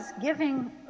giving